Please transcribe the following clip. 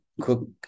cook